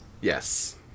Yes